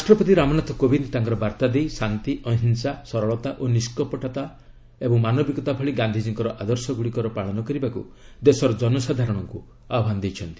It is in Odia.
ରାଷ୍ଟ୍ରପତି ରାମନାଥ କୋବିନ୍ଦ ତାଙ୍କର ବାର୍ତ୍ତା ଦେଇ ଶାନ୍ତି ଅହିଂସା ସରଳତା ନିଷ୍କପଟତା ଓ ମାନବିକତା ଭଳି ଗାନ୍ଧିକୀଙ୍କର ଆଦର୍ଶଗୁଡ଼ିକର ପାଳନ କରିବାକୁ ଦେଶର ଜନସାଧାରଣଙ୍କୁ ଆହ୍ୱାନ ଦେଇଛନ୍ତି